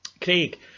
Craig